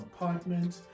apartment